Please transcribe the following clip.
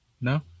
No